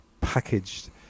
packaged